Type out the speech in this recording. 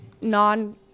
non